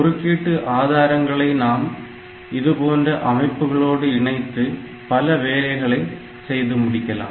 குறுக்கீட்டு ஆதாரங்களை நாம் இது போன்ற அமைப்புகளோடு இணைத்து பல வேலைகளை செய்து முடிக்கலாம்